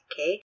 okay